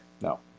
No